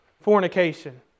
fornication